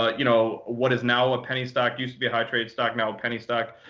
ah you know what is now a penny stock used to be a high trade stock now a penny stock.